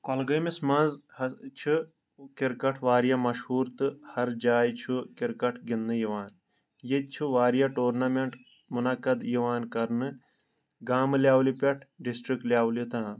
کۄلگٲمِس منٛز حظ چھِ کرکٹ واریاہ مشہوٗر تہٕ ہر جایہِ چھُ کرکٹ گنٛدنہٕ یِوان یتہِ چھُ واریاہ ٹورنامیٚنٹ مُنعقد یِوان کرنہٕ گامہٕ لیٚولہِ پٮ۪ٹھ ڈرسٹرک لیٚولہِ تام